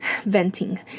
venting